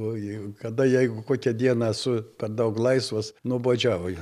o jeigu kada jeigu kokią dieną esu per daug laisvas nuobodžiauju